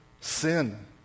sin